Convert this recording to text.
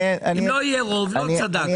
אם לא יהיה לך רוב לא צדקת.